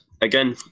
again